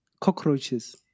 cockroaches